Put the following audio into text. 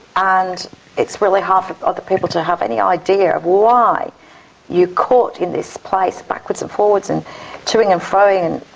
and it's really hard for other people to have any idea of why you're caught in this place, backwards and forwards, and to-ing and fro-ing.